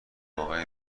واقعی